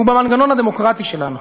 הוא במנגנון הדמוקרטי שלנו,